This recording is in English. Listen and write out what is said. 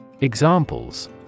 Examples